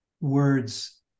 words